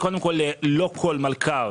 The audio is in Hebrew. קודם כול זה לא כל מלכ"ר,